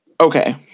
Okay